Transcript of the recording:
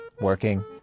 working